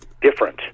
different